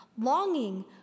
longing